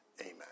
Amen